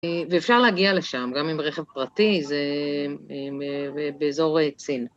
ואפשר להגיע לשם, גם עם רכב פרטי, זה באזור צין.